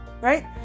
right